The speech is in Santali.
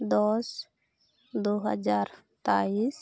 ᱫᱚᱥ ᱫᱩ ᱡᱟᱦᱟᱨ ᱛᱮᱭᱤᱥ